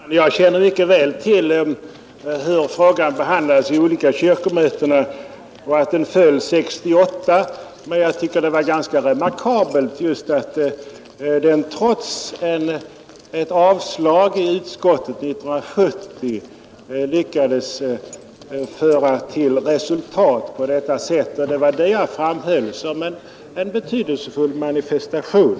Herr talman! Jag känner mycket väl till hur frågan behandlades vid de olika kyrkomöterna och att den föll 1968. Jag tycker dock att det var ganska remarkabelt just att man trots ett avslag i utskottet 1970 lyckades föra den till resultat på det sätt fru Thunvall nämnde. Det var detta jag framhöll såsom en betydelsefull manifestation.